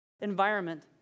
environment